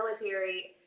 military